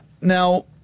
Now